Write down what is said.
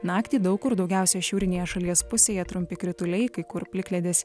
naktį daug kur daugiausiai šiaurinėje šalies pusėje trumpi krituliai kai kur plikledis